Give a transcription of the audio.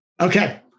Okay